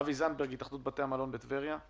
אבי זנדברג, התאחדות בתי המלון בטבריה.